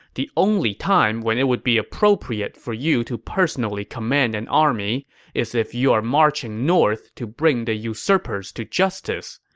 the only time when it would be appropriate for you to personally command an army is if you are marching north to bring the usurpers to justice.